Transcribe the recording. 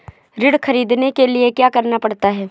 ऋण ख़रीदने के लिए क्या करना पड़ता है?